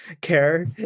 care